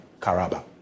Karaba